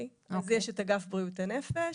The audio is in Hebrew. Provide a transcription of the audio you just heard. אז יש את אגף בריאות הנפש,